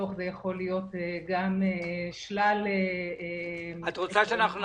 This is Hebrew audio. בתוך זה יכול להיות גם שלל --- את רוצה שאנחנו נחליט,